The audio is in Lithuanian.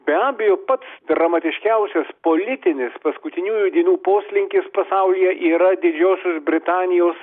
be abejo pats dramatiškiausias politinis paskutiniųjų dienų poslinkis pasaulyje yra didžiosios britanijos